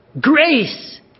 grace